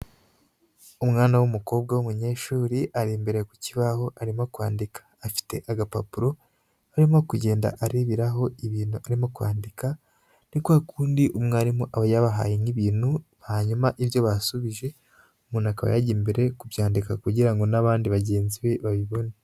Umwana w'umukobwa w'umunyeshuri ari imbere ku kibaho arimo kwandika, afite agapapuro arimo kugenda areberaho ibintu arimo kwandika, ni kwa kundi umwarimu aba yabahaye nk'ibintu, hanyuma ibyo basubije umuntu akaba yajya imbere kubyandika kugira ngo n'abandi bagenzi be babibone.